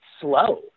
slow